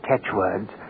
catchwords